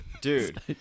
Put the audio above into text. Dude